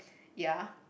ya